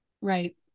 Right